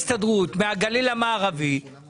ההסתדרות בגליל המערבי נקבל אותו.